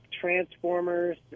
Transformers